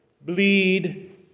bleed